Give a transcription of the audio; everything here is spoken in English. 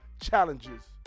challenges